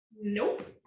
Nope